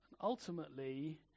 Ultimately